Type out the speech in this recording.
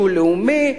לאומי,